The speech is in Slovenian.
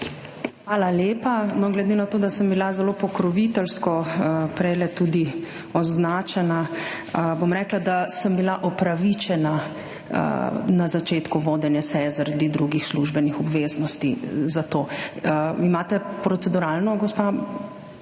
Hvala lepa. Glede na to, da sem bila zelo pokroviteljsko prej tudi označena, bom rekla, da sem bila opravičena na začetku vodenja seje, zaradi drugih službenih obveznosti, za to. Imate proceduralno, gospa?